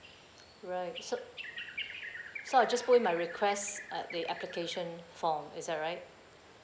right so so I just put in my request at the application form is that right